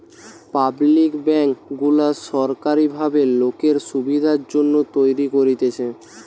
public bank গুলা সোরকারী ভাবে লোকের সুবিধার জন্যে তৈরী করতেছে